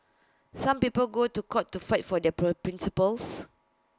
some people go to court to fight for their pro principles